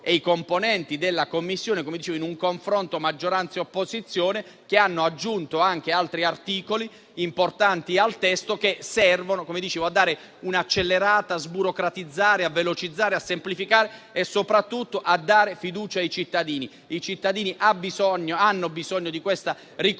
e i suoi componenti che, in un confronto fra maggioranza e opposizione, hanno aggiunto anche altri articoli importanti al testo che servono a dare un'accelerata, a sburocratizzare, a velocizzare, a semplificare e soprattutto a dare fiducia ai cittadini. I cittadini hanno bisogno di questa ricostruzione